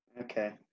Okay